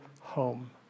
home